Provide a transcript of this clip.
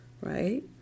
right